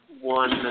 one